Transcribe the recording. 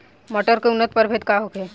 मटर के उन्नत प्रभेद का होखे?